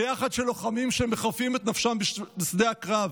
ביחד של לוחמים שמחרפים את נפשם בשדה הקרב,